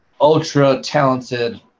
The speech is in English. ultra-talented